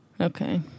Okay